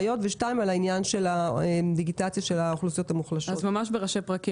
אני פותח את ישיבת ועדת הכלכלה בהצעת חוק הפרות תעבורה מינהלית.